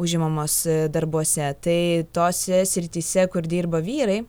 užimamos darbuose tai tose srityse kur dirba vyrai